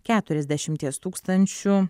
keturiasdešimties tūkstančių